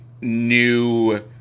new